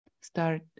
start